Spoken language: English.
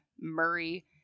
Murray